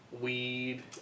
weed